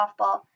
softball